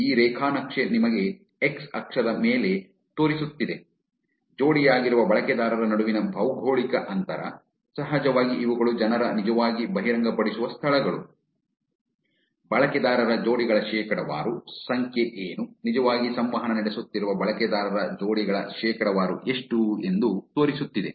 ಈ ರೇಖಾ ನಕ್ಷೆ ನಿಮಗೆ ಎಕ್ಸ್ ಅಕ್ಷದ ಮೇಲೆ ತೋರಿಸುತ್ತಿದೆ ಜೋಡಿಯಾಗಿರುವ ಬಳಕೆದಾರರ ನಡುವಿನ ಭೌಗೋಳಿಕ ಅಂತರ ಸಹಜವಾಗಿ ಇವುಗಳು ಜನರು ನಿಜವಾಗಿ ಬಹಿರಂಗಪಡಿಸುವ ಸ್ಥಳಗಳು ಬಳಕೆದಾರರ ಜೋಡಿಗಳ ಶೇಕಡಾವಾರು ಸಂಖ್ಯೆ ಏನು ನಿಜವಾಗಿ ಸಂವಹನ ನಡೆಸುತ್ತಿರುವ ಬಳಕೆದಾರರ ಜೋಡಿಗಳ ಶೇಕಡಾವಾರು ಎಷ್ಟು ಎಂದು ತೋರಿಸುತ್ತಿದೆ